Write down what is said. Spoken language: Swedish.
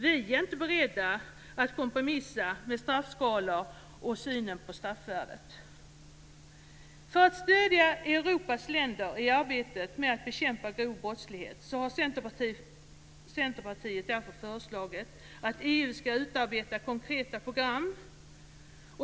Vi är inte beredda att kompromissa med straffskalor och synen på straffvärdet. För att stödja Europas länder i arbetet med att bekämpa grov brottslighet har Centerpartiet föreslagit att EU ska utarbeta konkreta program.